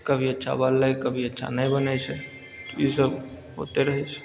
कभी अच्छा बनलै कभी अच्छा नै बनै छै ई सब होते रहै छै